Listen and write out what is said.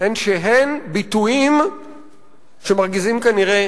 הוא שהן ביטויים שמרגיזים כנראה